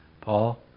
Paul